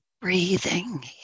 breathing